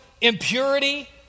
impurity